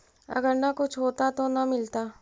अगर न कुछ होता तो न मिलता?